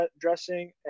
dressing